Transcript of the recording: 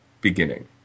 beginning